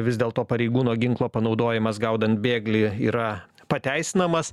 vis dėlto pareigūno ginklo panaudojimas gaudant bėglį yra pateisinamas